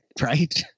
right